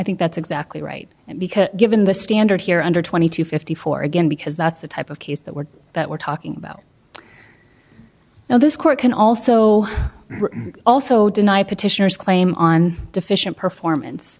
think that's exactly right because given the standard here under twenty two fifty four again because that's the type of case that we're that we're talking about now this court can also also deny petitioners claim on deficient performance